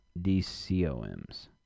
Dcoms